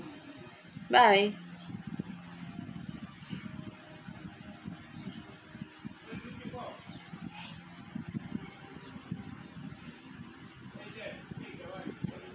bye